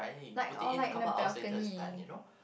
like or like in the balcony